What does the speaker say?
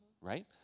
Right